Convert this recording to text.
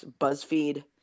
BuzzFeed